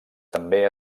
també